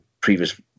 previous